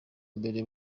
mbere